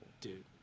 Dude